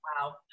wow